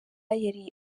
yari